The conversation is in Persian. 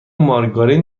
مارگارین